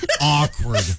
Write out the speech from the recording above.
awkward